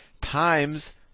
times